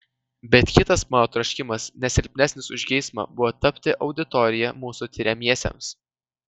bet kitas mano troškimas ne silpnesnis už geismą buvo tapti auditorija mūsų tiriamiesiems